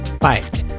bye